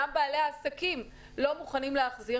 גם בעלי העסקים לא מוכנים להחזיר,